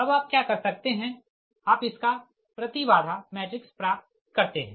अब आप क्या कर सकते है आप इसका प्रति बाधा मैट्रिक्स प्राप्त करते है